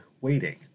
waiting